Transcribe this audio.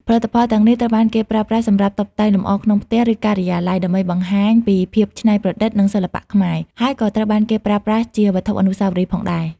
ផលិតផលទាំងនេះត្រូវបានគេប្រើប្រាស់សម្រាប់តុបតែងលម្អក្នុងផ្ទះ ឬការិយាល័យ ដើម្បីបង្ហាញពីភាពច្នៃប្រឌិត និងសិល្បៈខ្មែរ ហើយក៏ត្រូវបានគេប្រើប្រាស់ជាវត្ថុអនុស្សាវរីយ៍ផងដែរ។